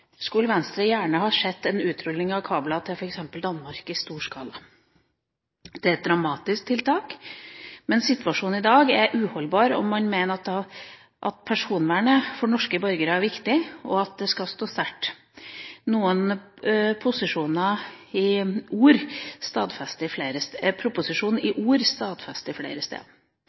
skulle Venstre gjerne sett en utrulling av kabler i stor skala, f.eks. til Danmark. Det er et dramatisk tiltak, men situasjonen i dag er uholdbar om man mener at personvernet for norske borgere er viktig, og at det skal stå sterkt. Noen ord i proposisjonen stadfester det flere steder. Venstre forventer at regjeringa i